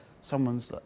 someone's